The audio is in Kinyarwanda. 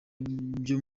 byo